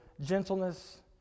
gentleness